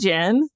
Jen